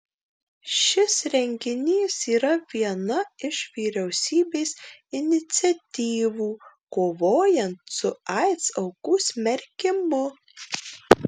šis renginys yra viena iš vyriausybės iniciatyvų kovojant su aids aukų smerkimu